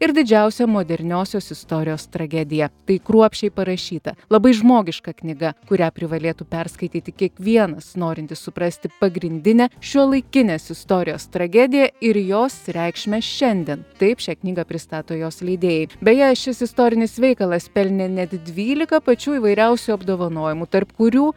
ir didžiausia moderniosios istorijos tragedija tai kruopščiai parašyta labai žmogiška knyga kurią privalėtų perskaityti kiekvienas norintis suprasti pagrindinę šiuolaikinės istorijos tragediją ir jos reikšmę šiandien taip šią knygą pristato jos leidėjai beje šis istorinis veikalas pelnė net dvylika pačių įvairiausių apdovanojimų tarp kurių